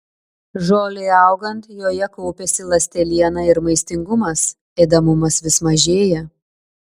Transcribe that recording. žolei augant joje kaupiasi ląsteliena ir maistingumas ėdamumas vis mažėja